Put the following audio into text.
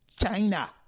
China